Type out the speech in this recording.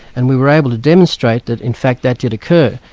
and we were able to demonstrate that in fact that did occur.